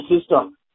system